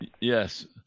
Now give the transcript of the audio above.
Yes